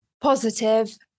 positive